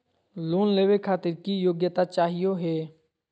Loan लेवे खातीर की योग्यता चाहियो हे?